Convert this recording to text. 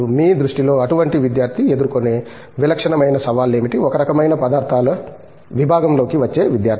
మీ దృష్టిలో అటువంటి విద్యార్థి ఎదుర్కొనే విలక్షణమైన సవాళ్లు ఏమిటి ఒక రకమైన పదార్థాల విభాగంలోకి వచ్చే విద్యార్థి